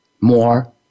more